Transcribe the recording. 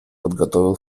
подготовил